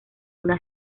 una